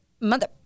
mother